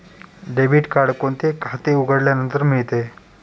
Debit card कोणते खाते उघडल्यानंतर मिळते?